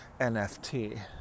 NFT